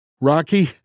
Rocky